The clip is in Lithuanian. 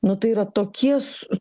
nu tai yra tokie s